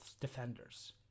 defenders